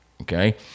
Okay